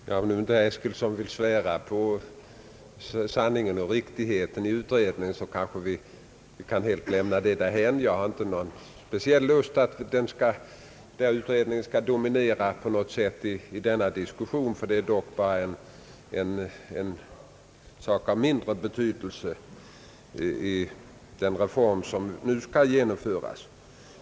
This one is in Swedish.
Herr talman! Om inte herr Eskilsson vill svära på sanningen och riktigheten av de slutsatser som den utredning vi här diskuterar kommit fram till, kan vi kanske helt lämna detta därhän. Jag har inte någon speciell lust att låta denna utredning på något sätt dominera diskussionen, ty den är dock av mindre betydelse i den reform som nu skall genomföras.